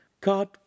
God